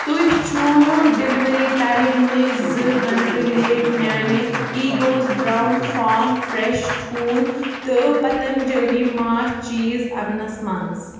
تُہۍ چھُو delivery time نِش زٕ گنٹہٕ لیٹ میانہِ ایٖگوز برٛاوُن فام فرٛٮ۪ش ٹھوٗل تہٕ پتنجلی ماچھ چیٖز انٛنَس منٛز